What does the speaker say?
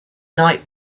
night